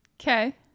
Okay